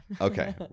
Okay